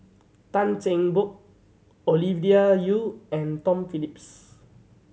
Tan Cheng Bock Ovidia Yu and Tom Phillips